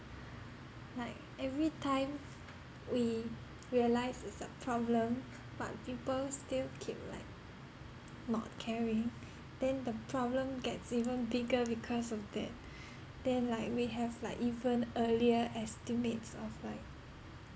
like every time we realise it's a problem but people still keep like not caring then the problem gets even bigger because of that then like we have like even earlier estimates of like